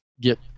get